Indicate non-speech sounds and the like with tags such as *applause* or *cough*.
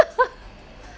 *laughs*